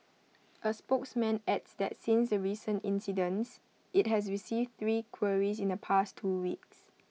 A spokesman adds that since the recent incidents IT has received three queries in the past two weeks